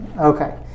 Okay